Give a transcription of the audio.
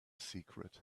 secret